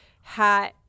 hat